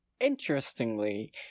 Interestingly